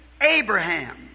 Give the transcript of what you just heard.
Abraham